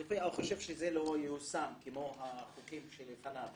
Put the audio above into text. צופה או חושב שזה לא ייושם כמו החוקים שלפניו